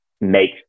make